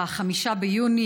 5 ביוני.